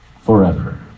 forever